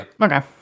Okay